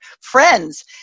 friends